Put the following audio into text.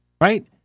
Right